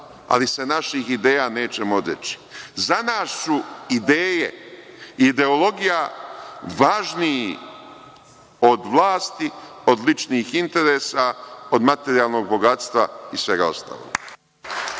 ali se naših ideja nećemo odreći. Za nas su ideje i ideologija važniji od vlasti, od ličnih interesa, od materijalnog bogatstva i svega ostalog.